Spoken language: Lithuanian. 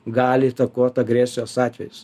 gali įtakot agresijos atvejus